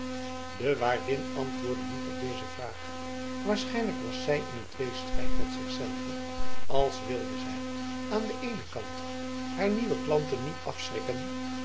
de waardin antwoordde niet op deze vraag waarschijnlijk was zij in een tweestrijd met zich zelve als willende zij aan den eenen kant haar nieuwe kalanten niet afschrikken